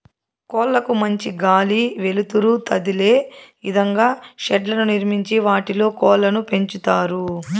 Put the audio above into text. కోళ్ళ కు మంచి గాలి, వెలుతురు తదిలే ఇదంగా షెడ్లను నిర్మించి వాటిలో కోళ్ళను పెంచుతారు